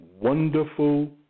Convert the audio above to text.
wonderful